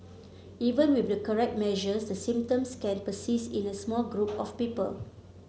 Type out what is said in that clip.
even with the correct measures the symptoms can persist in a small group of people